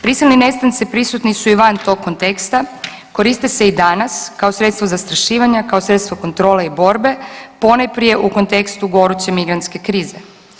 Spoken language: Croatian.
Prisilni nestanci prisutni su i van tog konteksta, koriste se i danas kao sredstvo zastrašivanja, kao sredstvo kontrole i borbe ponajprije u kontekstu goruće migrantske krize.